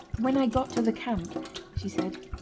when i got to the camp she said,